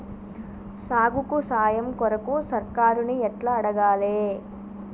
సాగుకు సాయం కొరకు సర్కారుని ఎట్ల అడగాలే?